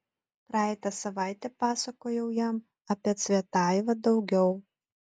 praeitą savaitę pasakojau jam apie cvetajevą daugiau